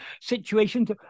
situations